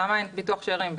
למה אין ביטוח שארים?